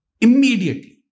immediately